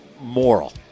moral